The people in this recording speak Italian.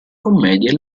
commedie